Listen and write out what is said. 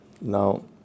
Now